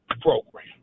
program